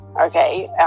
okay